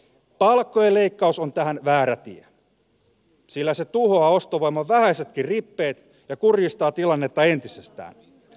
palkkojen leikkaus on tähän väärä tie sillä se tuhoaa ostovoiman vähäisetkin rippeet ja kurjistaa tilannetta entisestään